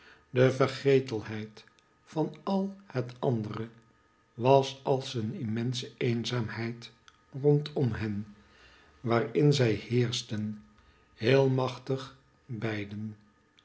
de vergetelheid van al het andere was als een immense eenzaamheid rondom hen waarin zij heerschten heel machtig